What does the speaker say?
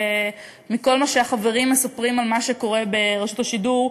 מכל מה שהחברים מספרים על מה שקורה ברשות השידור,